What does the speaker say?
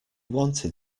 wanted